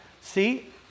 See